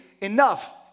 enough